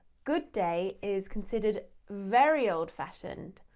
good day is considered very old-fashioned,